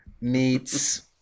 meets